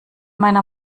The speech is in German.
meiner